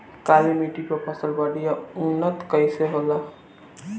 काली मिट्टी पर फसल बढ़िया उन्नत कैसे होला?